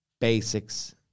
basics